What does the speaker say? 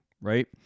right